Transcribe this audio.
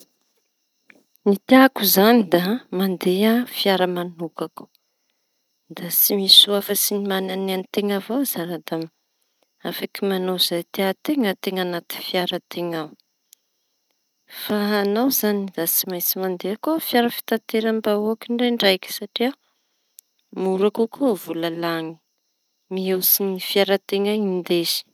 Ny tiako izañy da mandeha fiara manoka. Da tsy misy soa afa tsy mana ny an-teña avao aza da afaky mañao zay tia an-teña teña anaty fiara teña ao. Fa añao izañy da tsy maintsy mandeha koa fiara fitanterambahoaka satria mora kokoa volalany mihoatsy ny fiara teña iñy ndesy.